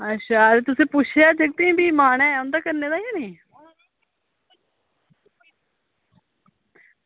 अच्छा भी तुसें पुच्छेआ जगतें ई की उंदा मन ऐ करने गी जां नेईं